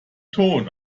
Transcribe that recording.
ton